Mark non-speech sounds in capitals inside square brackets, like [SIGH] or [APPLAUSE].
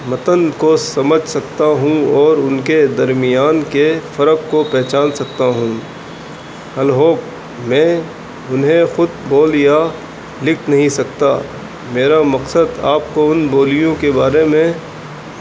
متن کو سمجھ سکتا ہوں اور ان کے درمیان کے فرق کو پہچان سکتا ہوں [UNINTELLIGIBLE] میں انہیں خود بول یا لکھ نہیں سکتا میرا مقصد آپ کو ان بولیوں کے بارے میں